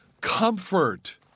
comfort